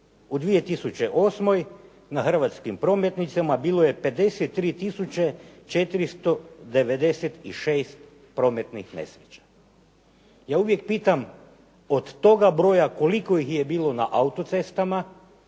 U 2008. na hrvatskim prometnicama bilo je 53 tisuće 496 prometnih nesreća. Ja uvijek pitam od toga broja koliko ih je bilo na auto-cestama,